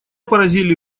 поразили